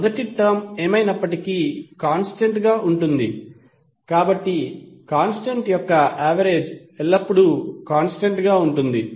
మొదటి టర్మ్ ఏమైనప్పటికీ కాంస్టెంట్ గా ఉంటుంది కాబట్టి కాంస్టెంట్ యొక్క యావరేజ్ ఎల్లప్పుడూ కాంస్టెంట్ గా ఉంటుంది